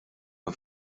een